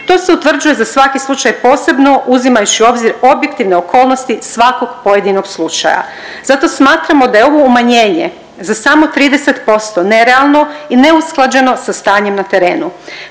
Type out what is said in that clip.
To se utvrđuje za svaki slučaj posebno uzimajući u obzir objektivne okolnosti svakog pojedinog slučaja. Zato smatramo da je ovo umanjenje za samo 30% nerealno i neusklađeno sa stanjem na terenu.